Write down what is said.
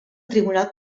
tribunal